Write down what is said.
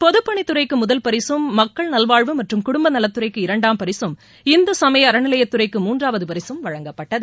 பொதுப்பணித்தறைக்கு முதல் பரிசும் மக்கள் நல்வாழ்வு மற்றும் குடும்ப நலத்துறைக்கு இரண்டாம் பரிசும் இந்து சமய அறநிலையத்துறைக்கு மூன்றாவது பரிசும் வழங்கப்பட்டது